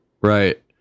right